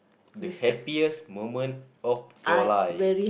the happiest moment of your life